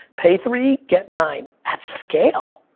pay three, get nine, at scale,